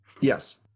Yes